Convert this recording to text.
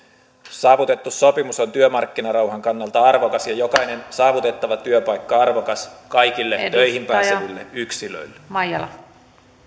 saavutettu sopimus on työmarkkinarauhan kannalta arvokas ja jokainen saavutettava työpaikka arvokas kaikille töihin pääseville yksilöille